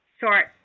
short